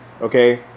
okay